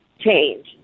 Change